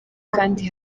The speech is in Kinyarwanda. kandi